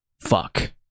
Fuck